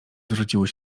zwróciły